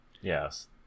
Yes